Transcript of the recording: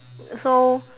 so